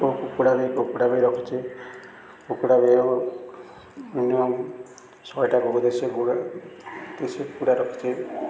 କୁକୁଡ଼ା ବି କୁକୁଡ଼ା ବି ରଖୁଛି କୁକୁଡ଼ା ବି ଆଉ ମିନିମମ୍ ଶହେଟା ହବ ଦେଶୀ କୁକୁଡ଼ା ଦେଶୀ କୁକୁଡ଼ା ରଖୁଛି